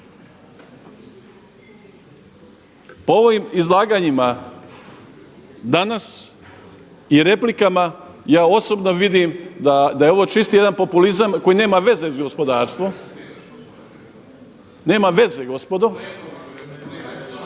Po ovim izlaganjima danas i replikama ja osobno vidim da je ovo čisti jedan populizam koji nema veze s gospodarstvom, nema veze gospodo … …/Upadica sa